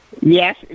Yes